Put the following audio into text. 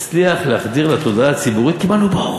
הצליח להחדיר לתודעה הציבורית: קיבלנו בור,